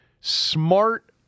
smart